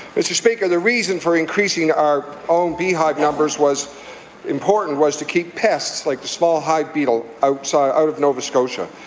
mr. speaker, the reason for increasing our own beehive numbers was important. it was to keep pests like the small hive beetle out so out of nova scotia.